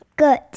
Good